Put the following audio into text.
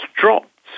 dropped